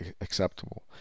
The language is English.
acceptable